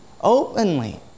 openly